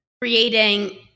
creating